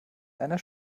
einer